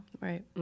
Right